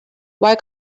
why